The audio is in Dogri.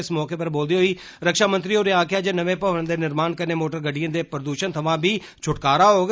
इस मौके पर बोलदे होई रक्षामंत्री होरें आक्खेआ जे इनें भवन दे निर्माण कन्नै मोटर गड्डियें दे प्रदूषण थमां बी छुटकारा होग